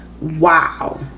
wow